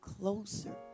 closer